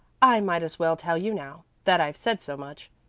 i might as well tell you now, that i've said so much.